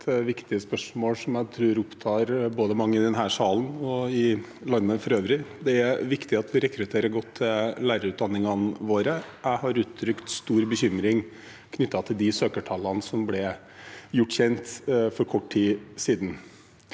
for et viktig spørsmål, som jeg tror opptar mange både i denne salen og i landet for øvrig. Det er viktig at vi rekrutterer godt til lærerutdanningene våre. Jeg har uttrykt stor bekymring knyttet til de søkertallene som ble gjort kjent for kort tid siden.